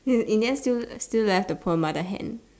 in the end still still left the poor mother Hen